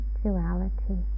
duality